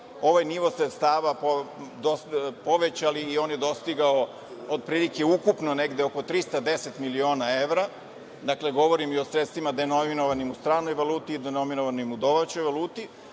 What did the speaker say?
ovaj nivo sredstava povećali i on je dostigao otprilike ukupno negde oko 310 miliona evra. Dakle, govorim i o sredstvima denominovanim u stranoj valuti i denominovanim u domaćoj valuti.